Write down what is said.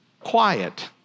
quiet